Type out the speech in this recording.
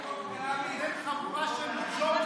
אתם חבורה של ג'ובניקים,